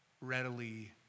readily